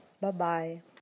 Bye-bye